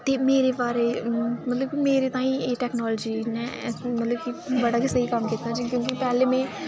ते मेरे बारे मतलब की मेरे ताईं एह् टैक्नालजी में बड़ा गै स्हेई कम्म कीता ऐ क्योंकी कल में